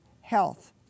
health